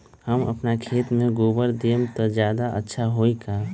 हम अपना खेत में गोबर देब त ज्यादा अच्छा होई का?